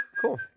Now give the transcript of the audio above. cool